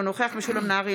אינו נוכח משולם נהרי,